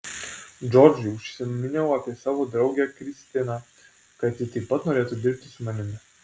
džordžui užsiminiau apie savo draugę kristiną kad ji taip pat norėtų dirbti su manimi